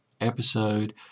episode